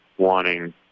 wanting